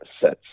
sets